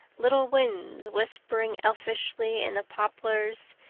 little winds whispering elfishly in the poplars,